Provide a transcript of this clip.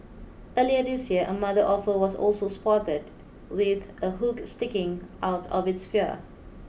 earlier this year a mother offer was also spotted with a hook sticking out of its fear